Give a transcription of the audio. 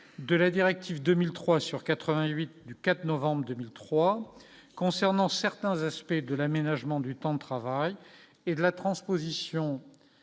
de la directive 2003 sur 88 du 4 novembre 2003 concernant certains aspects de l'aménagement du temps de travail et de la transposition